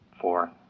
Four